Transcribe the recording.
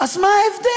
אז מה ההבדל?